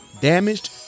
damaged